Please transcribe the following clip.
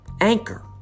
Anchor